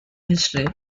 history